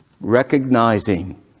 Recognizing